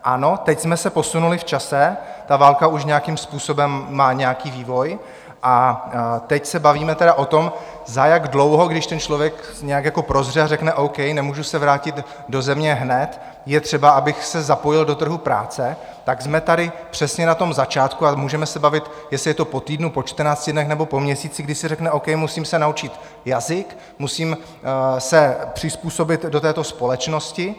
Ano, teď jsme se posunuli v čase, válka už nějakým způsobem má nějaký vývoj, a teď se bavíme o tom, za jak dlouho, když ten člověk nějak prozře a řekne: O. K., nemůžu se vrátit do země hned, je třeba, abych se zapojil do trhu práce, tak jsme tady přesně na tom začátku a můžeme se bavit, jestli je to po týdnu, po čtrnácti dnech nebo po měsíci, kdy si řekne: O. K., musím se naučit jazyk, musím se přizpůsobit do této společnosti.